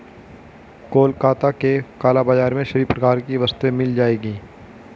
कोलकाता के काला बाजार में सभी प्रकार की वस्तुएं मिल जाएगी